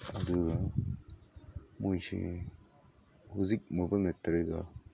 ꯑꯗꯨꯒ ꯃꯣꯏꯁꯦ ꯍꯧꯖꯤꯛ ꯃꯣꯕꯥꯏꯜ ꯅꯠꯇ꯭ꯔꯒ